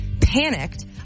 Panicked